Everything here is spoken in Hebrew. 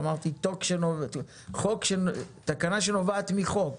אמרתי תקנה שנובעת מחוק.